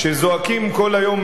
כשזועקים כל היום,